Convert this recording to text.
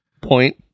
point